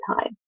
time